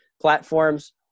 platforms